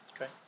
Okay